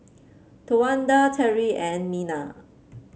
Towanda Teri and Mena